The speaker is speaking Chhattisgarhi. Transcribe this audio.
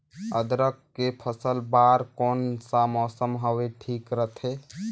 अदरक के फसल बार कोन सा मौसम हवे ठीक रथे?